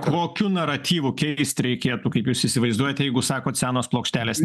kokiu naratyvu keist reikėtų kaip jūs įsivaizduojat jeigu sakot senos plokštelės